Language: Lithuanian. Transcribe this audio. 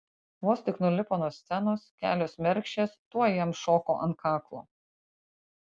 vos tik nulipo nuo scenos kelios mergšės tuoj jam šoko ant kaklo